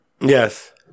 Yes